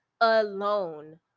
alone